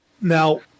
Now